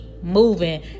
Moving